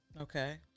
Okay